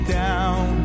down